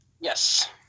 Yes